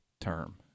term